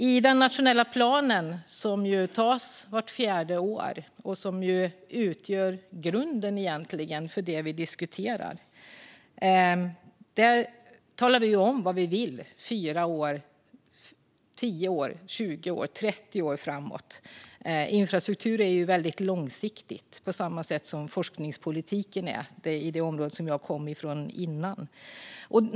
I den nationella planen, som antas vart fjärde år och som utgör grunden för det vi diskuterar, talar vi om vad vi vill ska ske 4, 10, 20 och 30 år framåt. Infrastrukturpolitiken är något väldigt långsiktigt, på samma sätt som forskningspolitiken, det område jag ägnade mig åt tidigare.